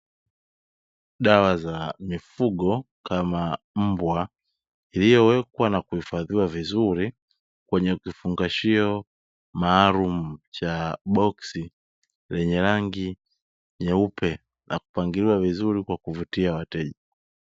Dawa za mifugo kama mbwa iliyowekwa na kuhifadhia vizuri, kwenye kifungashio maalumu cha bosksi lenye rangi nyeupe na kupangiliwa vizuri kwa kuvutia wateja.